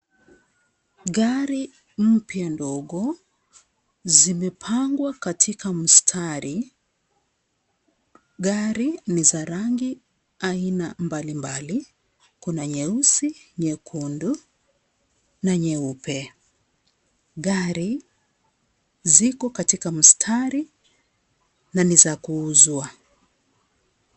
Gari mpya ndogo zimepangwa katika mstari, gari ni za rangi aina mbalimbali kuna nyeusi, nyekundu na nyeupe. Gari ziko katika mstari na ni za kuuzwa.